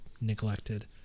neglected